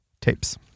Tapes